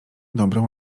dobrą